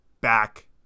back